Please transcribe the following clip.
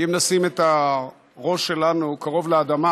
אם נשים את הראש שלנו קרוב לאדמה,